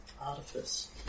artifice